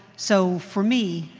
so for me,